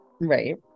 Right